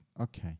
Okay